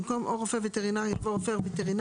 במקום "או רופא וטרינר" יבוא "רופא וטרינר,